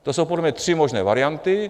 To jsou podle mě tři možné varianty.